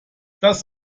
das